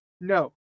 no